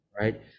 right